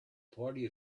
party